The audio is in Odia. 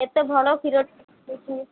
ଏତେ ଭଲ କ୍ଷୀର